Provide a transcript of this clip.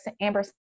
Amber